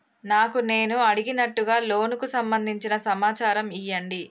నాకు నేను అడిగినట్టుగా లోనుకు సంబందించిన సమాచారం ఇయ్యండి?